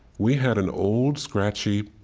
we had an old scratchy